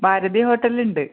Bharati ഹോട്ടലുണ്ട്